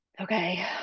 okay